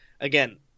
again